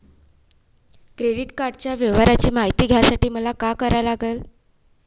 Credit कार्डाच्या व्यवहाराची मायती घ्यासाठी मले का करा लागन?